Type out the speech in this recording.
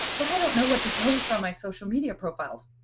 but i don't know what to post on my social media profiles.